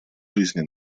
жизни